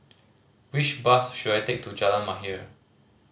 which bus should I take to Jalan Mahir